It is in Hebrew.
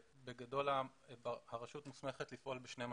בגדול הרשות מוסמכת לפעול בשני מסלולים.